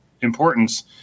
importance